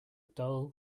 dull